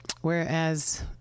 whereas